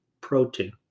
protein